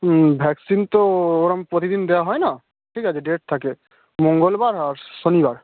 হুম vaccine তো ওরকম প্রতিদিন দেওয়া হয় না ঠিক আছে ডেট থাকে মঙ্গলবার আর শনিবার